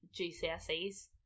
GCSEs